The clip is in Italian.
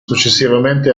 successivamente